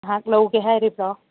ꯅꯍꯥꯛ ꯂꯧꯒꯦ ꯍꯥꯏꯔꯤꯕ꯭ꯔꯣ